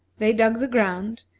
they dug the ground,